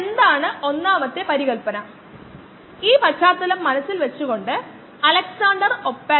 സാന്ദ്രത അറിയാമെങ്കിൽ ടാങ്കിലെ ജലത്തിന്റെ മാസ്സ് കണ്ടെത്താൻ കഴിയുമെന്ന് നമുക്കെല്ലാവർക്കും അറിയാം